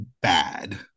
bad